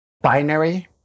binary